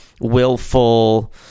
willful